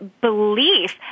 belief